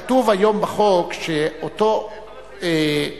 כתוב היום בחוק שאותו